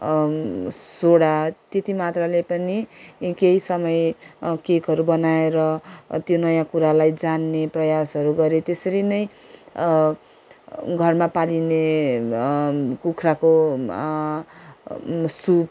soda त्यतिमात्रले पनि केही समय केकहरू बनाएर त्यो नयाँ कुरालाई जान्ने प्रयासहरू गरेँ त्यसरी नै घरमा पालिने कुखुराको सुप